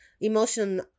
emotion